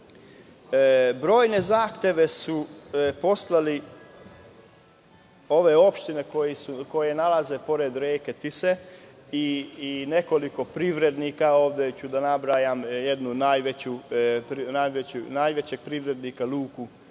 Brojne zahteve su poslale ove opštine koje se nalaze pored reke Tise i nekoliko privrednika, ovde ću da nabrojim jednog od najvećih privrednika luku